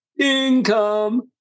Income